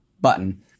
button